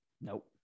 Nope